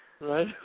Right